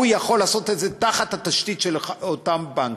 הוא יכול לעשות את זה תחת התשתית של אותם בנקים.